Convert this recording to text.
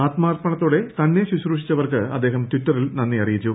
ആത്മാർപ്പണത്തോടെ തന്നെ ശുശ്രൂഷിച്ചവർക്ക് അദ്ദേഹം ട്ടിറ്ററിൽ നന്ദി അറിയിച്ചു